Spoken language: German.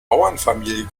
bauernfamilie